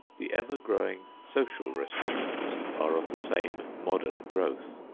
the ever-growing social restrictions are of the same modern growth,